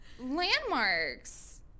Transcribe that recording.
landmarks